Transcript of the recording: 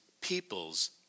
people's